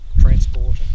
transport